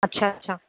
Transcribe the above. اچھا اچھا